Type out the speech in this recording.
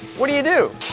what do you do?